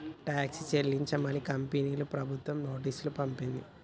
tax చెల్లించని కంపెనీలకు ప్రభుత్వం నోటీసులు పంపించింది